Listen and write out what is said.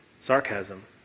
Sarcasm